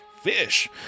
Fish